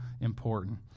important